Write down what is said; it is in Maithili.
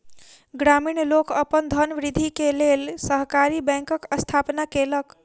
ग्रामीण लोक अपन धनवृद्धि के लेल सहकारी बैंकक स्थापना केलक